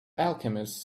alchemist